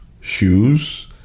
shoes